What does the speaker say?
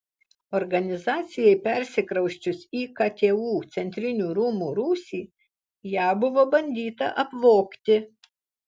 organizacijai persikrausčius į ktu centrinių rūmų rūsį ją buvo bandyta apvogti